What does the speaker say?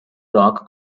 rock